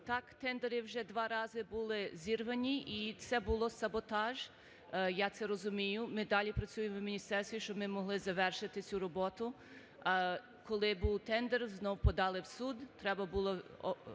Так, тендери вже два рази були зірвані, і це було саботаж, я це розумію. Ми далі працюємо в міністерстві, щоб ми могли завершити цю роботу. Коли був тендер, знову подали в суд, треба було